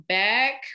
back